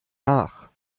nach